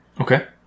Okay